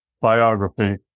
biography